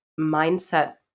mindset